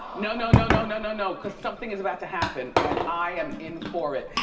no, no, no, no, no, no, no cause something is about to happen and i am in for it.